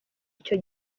icyo